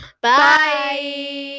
Bye